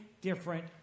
different